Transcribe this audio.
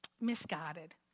misguided